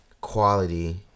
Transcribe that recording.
quality